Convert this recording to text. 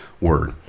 word